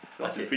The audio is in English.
okay